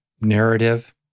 narrative